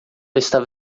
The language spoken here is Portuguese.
estava